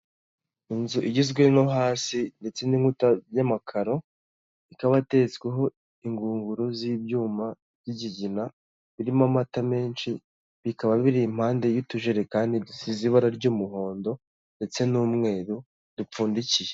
Inzu igizwe no hasi ndetse n'inkuta y'amakaro, ikaba ateretsweho ingunguru z'ibyuma by'ikigina birimo amata menshi, bikaba biri impande y'utujerekani dusize ibara ry'umuhondo ndetse n'umweru dupfundikiye.